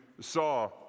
saw